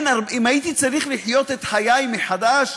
אם הייתי צריך לחיות את חיי מחדש,